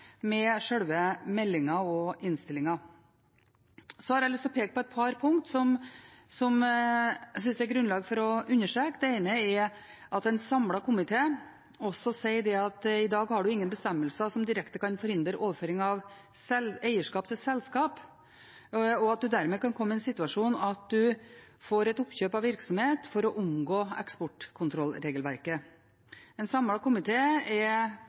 med selve meldingen og innstillingen. Så har jeg lyst til å peke på et par punkter som jeg synes det er grunnlag for å understreke. Det ene er at en samlet komité også sier at i dag har en ingen bestemmelser som direkte kan forhindre overføring av eierskap til selskaper, og at en dermed kan komme i en situasjon der en får et oppkjøp av virksomhet for å omgå eksportkontrollregelverket. En samlet komité er